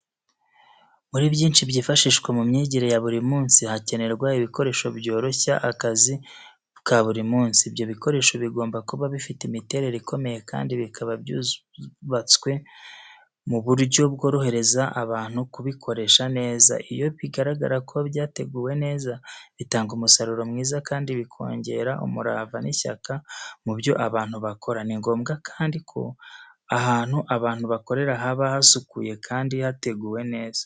Muri byinshi byifashishwa mu myigire ya buri munsi, hakenerwa ibikoresho byoroshya akazi ka buri munsi. Ibyo bikoresho bigomba kuba bifite imiterere ikomeye kandi bikaba byubatswe mu buryo bworohereza abantu kubikoresha neza. Iyo bigaragara ko byateguwe neza, bitanga umusaruro mwiza kandi bikongera umurava n’ishyaka mu byo abantu bakora. Ni ngombwa kandi ko ahantu abantu bakorera haba hasukuye kandi hateguwe neza.